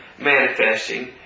manifesting